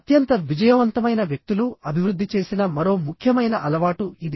అత్యంత విజయవంతమైన వ్యక్తులు అభివృద్ధి చేసిన మరో ముఖ్యమైన అలవాటు ఇది